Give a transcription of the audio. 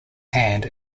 hand